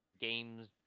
games